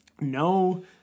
No